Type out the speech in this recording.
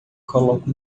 coloca